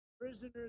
prisoners